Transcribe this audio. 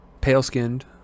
pale-skinned